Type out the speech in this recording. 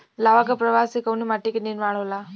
लावा क प्रवाह से कउना माटी क निर्माण होला?